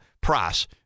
price